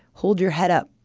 hold your head up,